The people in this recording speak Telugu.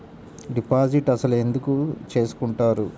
డిపాజిట్ అసలు ఎందుకు చేసుకుంటారు?